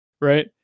Right